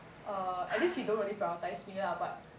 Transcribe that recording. err at least he don't really prioritize me lah but